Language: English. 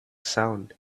sound